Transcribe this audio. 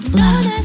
love